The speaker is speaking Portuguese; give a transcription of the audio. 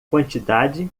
quantidade